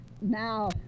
now